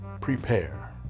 prepare